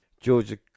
Georgia